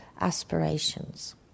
aspirations